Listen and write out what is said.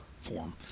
form